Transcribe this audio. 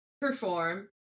perform